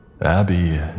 Abby